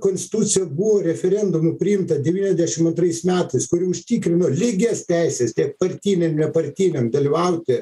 konstitucija buvo referendumu priimta devyniasdešim antrais metais kuri užtikrino lygias teises tiek partiniam nepartiniam dalyvauti